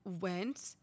went